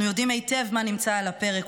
אנחנו יודעים היטב מה נמצא על הפרק.